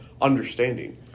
understanding